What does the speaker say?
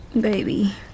Baby